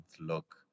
look